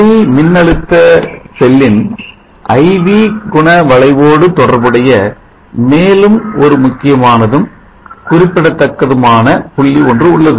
ஒளிமின்னழுத்த செல்லின் I V குண வளைவோடு தொடர்புடைய மேலும் ஒரு முக்கியமானதும் குறிப்பிடத்தக்கதுமான புள்ளி ஒன்று உள்ளது